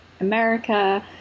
America